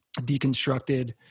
deconstructed